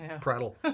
prattle